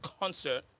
concert